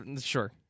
sure